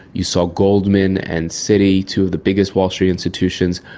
you saw goldman and citi, two of the biggest wall street institutions,